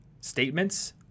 statements